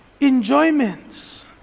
enjoyments